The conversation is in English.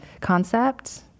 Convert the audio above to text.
concept